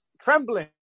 trembling